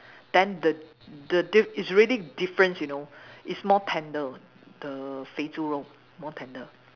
then the the diff~ it's really difference you know it's more tender the 肥猪肉 more tender